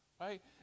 right